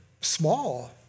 small